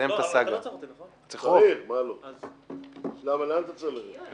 הוועדות המשותפות שמוקמות פה בוועדת הכנסת צריך לשקף את ההרכב הסיעתי